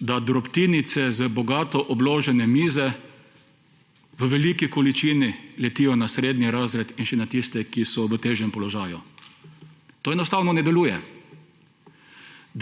drobtinice z bogato obložene mize v veliki količini letijo na srednji razred in še na tiste, ki so v težjem položaju. To enostavno ne deluje.